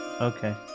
Okay